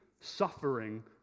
suffering